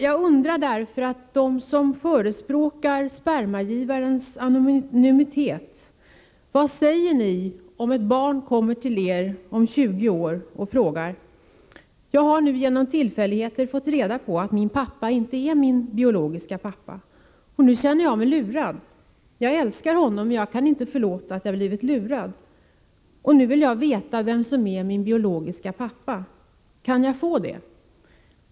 Jag undrar hur ni som förespråkar spermagivarens anonymitet ställer er, ifall ett barn om 20 år kommer till er och säger: Jag har nu genom tillfälligheter fått reda på att min pappa inte är min biologiska pappa, och nu känner jag mig lurad. Jag älskar honom, men jag kan inte förlåta att jag blivit lurad på detta sätt. Jag vill veta vem som är min biologiska pappa. Kan jag få det?